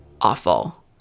awful